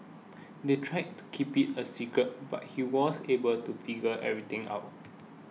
they tried to keep it a secret but he was able to figure everything out